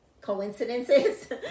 coincidences